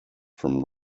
from